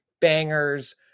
Bangers